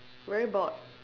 very bored